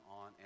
on